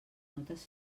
notes